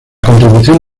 contribución